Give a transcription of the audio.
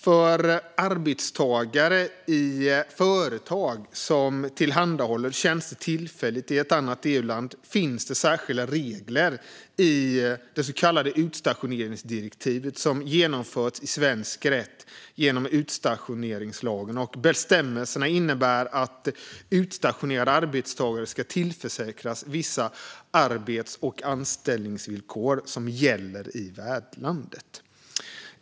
För arbetstagare i företag som tillhandahåller tjänster tillfälligt i ett annat EU-land finns det särskilda regler i det så kallade utstationeringsdirektivet som genomförts i svensk rätt genom utstationeringslagen. Bestämmelserna innebär att utstationerade arbetstagare ska tillförsäkras vissa arbets och anställningsvillkor som gäller i värdlandet.